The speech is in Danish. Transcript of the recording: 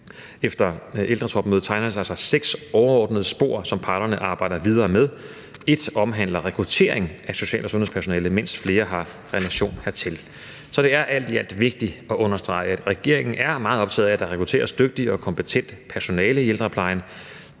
efter ældretopmødet seks overordnede spor, som parterne arbejder videre med. Et spor omhandler rekruttering af social- og sundhedspersonale, mens flere har relation hertil. Så det er alt i alt vigtigt at understrege, at regeringen er meget optaget af, at der rekrutteres dygtigt og kompetent personale i ældreplejen.